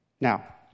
Now